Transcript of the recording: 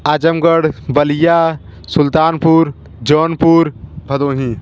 Azamgarh Ballia Sultanpur Jaunpur Bhadohi